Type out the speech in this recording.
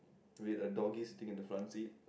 wait a doggy sitting in the front seat